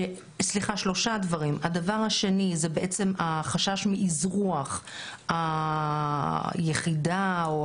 זה בעצם החשש מאזרוח היחידה.